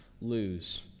lose